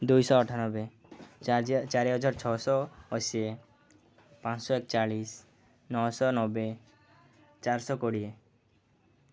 ଦୁଇଶହ ଅଠାନବେ ଚାରି ହଜାର ଛଅଶହ ଅଶି ପାଞ୍ଚଶହ ଏକଚାଳିଶ ନଅଶହ ନବେ ଚାରିଶହ କୋଡ଼ିଏ